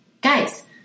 Guys